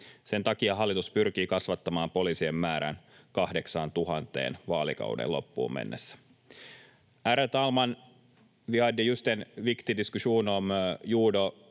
Sen takia hallitus pyrkii kasvattamaan poliisien määrän 8 000:een vaalikauden loppuun mennessä.